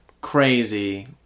crazy